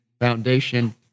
foundation